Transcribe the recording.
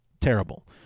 terrible